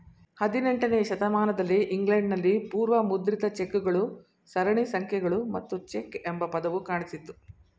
ಹದಿನೆಂಟನೇ ಶತಮಾನದಲ್ಲಿ ಇಂಗ್ಲೆಂಡ್ ನಲ್ಲಿ ಪೂರ್ವ ಮುದ್ರಿತ ಚೆಕ್ ಗಳು ಸರಣಿ ಸಂಖ್ಯೆಗಳು ಮತ್ತು ಚೆಕ್ ಎಂಬ ಪದವು ಕಾಣಿಸಿತ್ತು